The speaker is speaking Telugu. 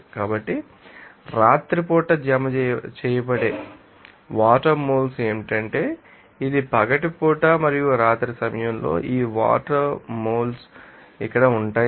కాబట్టి రాత్రిపూట జమ చేయబడే వాటర్ మోల్స్ ఏమిటంటే ఇది పగటిపూట మరియు రాత్రి సమయంలో ఈ వాటర్ మోల్స్ ఇక్కడ ఉన్నాయి